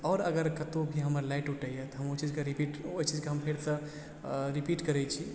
आओर अगर कतौ भी हमर लय टुटैये तऽ हम ओ चीजके हम रिपीट ओहि चीजके हम फेरसँ रिपीट करै छी